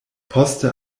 poste